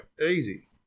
easy